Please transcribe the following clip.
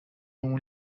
اون